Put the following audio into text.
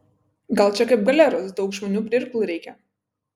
gal čia kaip galeros daug žmonių prie irklų reikia